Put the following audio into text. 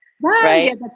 Right